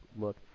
look